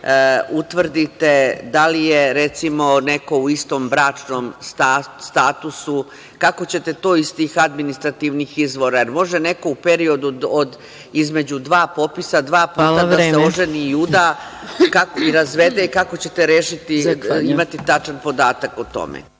da utvrdite da li je, recimo, neko u istom bračnom statusu? Kako ćete to iz tih administrativnih izvora? Može neko u periodu između dva popisa dva puta da se oženi i uda i razvede i kako ćete imati tačan podatak o tome?